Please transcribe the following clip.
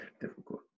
difficult